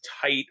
tight